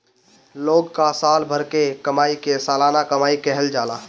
लोग कअ साल भर के कमाई के सलाना कमाई कहल जाला